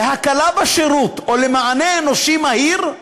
להקלה בשירות או למענה אנושי מהיר,